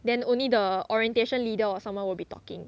then only the orientation leader or someone will be talking